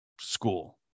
school